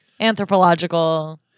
Anthropological